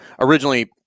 originally